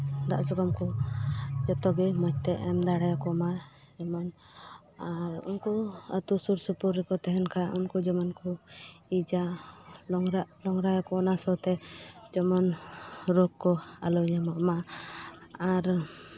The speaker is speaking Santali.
ᱫᱟᱜ ᱥᱟᱠᱟᱢ ᱠᱚ ᱡᱚᱛᱚᱜᱮ ᱢᱚᱡᱽ ᱛᱮ ᱮᱢ ᱫᱟᱲᱮ ᱟᱠᱚ ᱢᱟ ᱡᱮᱢᱚᱱ ᱟᱨ ᱩᱱᱠᱩ ᱟᱹᱛᱩ ᱥᱩᱨ ᱥᱩᱯᱩᱨ ᱨᱮᱠᱚ ᱛᱟᱦᱮᱱ ᱠᱷᱟᱱ ᱩᱱᱠᱩ ᱡᱮᱢᱚᱱ ᱠᱚ ᱤᱡᱟ ᱱᱳᱝᱨᱟ ᱱᱳᱝᱨᱟᱭᱟᱠᱚ ᱚᱱᱟ ᱥᱚ ᱛᱮ ᱡᱮᱢᱚᱱ ᱨᱳᱜᱽ ᱠᱚ ᱟᱞᱚ ᱧᱟᱢᱚᱜ ᱢᱟ ᱟᱨ